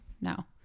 no